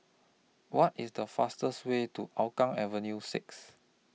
What IS The fastest Way to Hougang Avenue six